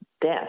death